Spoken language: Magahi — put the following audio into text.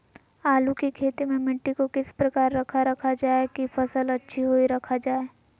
आलू की खेती में मिट्टी को किस प्रकार रखा रखा जाए की फसल अच्छी होई रखा जाए?